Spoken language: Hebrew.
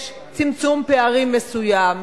יש צמצום פערים מסוים,